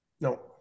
No